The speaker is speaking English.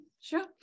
Sure